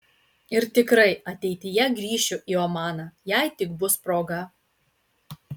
ir tikrai ateityje grįšiu į omaną jei tik bus proga